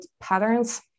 patterns